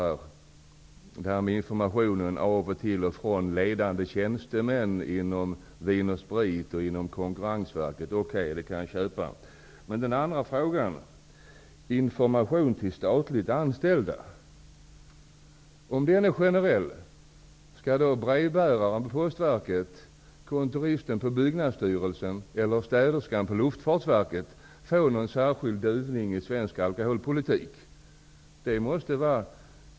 Det som hon sade om information till och från ledande tjänstemän inom Vin & Sprit och inom Konkurrensverket kan jag så att säga köpa. Men om den andra frågan, som gällde information till statligt anställda, är generell innebär det då att brevbäraren på Postverket, kontoristen på Byggnadsstyrelsen eller städerskan på Luftfartsverket få någon särskild duvning i svensk alkoholpolitik?